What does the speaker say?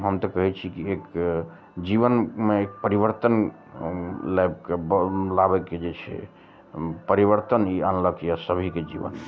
हम तऽ कहै छी की एक जीवनमे एक परिवर्तन लाबि कए लाबैके जे छै परिवर्तन ई आनलक यए सभीके जीवन मे